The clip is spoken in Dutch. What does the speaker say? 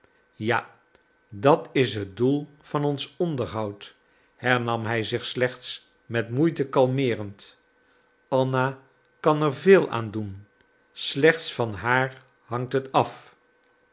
ja dat is het doel van ons onderhoud hernam hij zich slechts met moeite kalmeerend anna kan er veel aan doen slechts van haar hangt het af